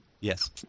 Yes